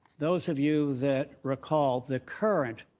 those of you that recall, the current,